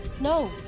No